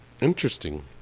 Interesting